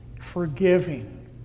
Forgiving